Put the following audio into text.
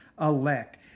elect